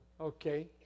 Okay